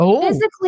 physically